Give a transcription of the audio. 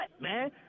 man